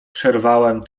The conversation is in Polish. przerwałem